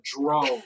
drone